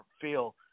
feel